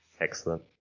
excellent